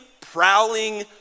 prowling